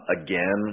again